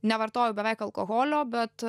nevartoju beveik alkoholio bet